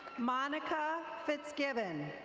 monica fitzgibben.